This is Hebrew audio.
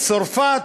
צרפת,